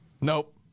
Nope